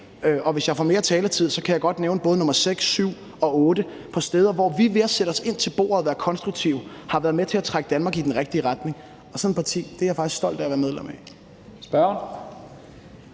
Og hvis jeg får mere taletid, kan jeg godt nævne både eksempel nummer seks, syv og otte på steder, hvor vi ved at sætte os ind til bordet og være konstruktive har været med til at trække Danmark i den rigtige retning. Og sådan et parti er jeg faktisk stolt af at være medlem af.